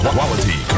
Quality